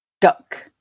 Duck